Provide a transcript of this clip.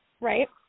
Right